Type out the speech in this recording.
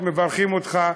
הזדמנות, מברכים אותך.